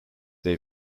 they